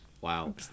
Wow